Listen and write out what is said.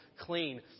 clean